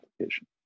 application